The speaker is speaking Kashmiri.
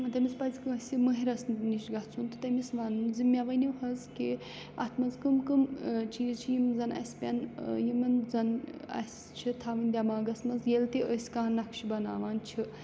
تٔمِس پَزِ کٲنٛسہِ مٔہِرَس نِش گژھُن تہٕ تٔمِس وَنُن زِ مےٚ ؤنِو حظ کہِ اَتھ منٛز کٕم کٕم چیٖز چھِ یِم زَن اَسہِ پٮ۪ن یِمَن زَن اَسہِ چھِ تھاوٕنۍ دٮ۪ماغَس منٛز ییٚلہِ تہِ أسۍ کانٛہہ نَقشہٕ بَناوان چھِ